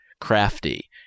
crafty